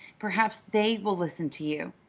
perhaps they will listen to you.